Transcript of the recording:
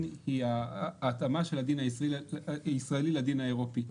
היא ההתאמה של הדין הישראלי לדין האירופי.